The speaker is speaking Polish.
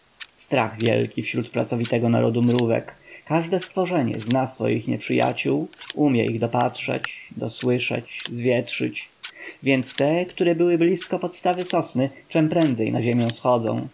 wielki wśród pracowitego narodu mrówek każde stworzenie zna swoich nieprzyjaciół umie ich dopatrzeć dosłyszeć zwietrzyć więc te które były blizko podstawy sosny czemprędzej na ziemię schodzą